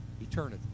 eternity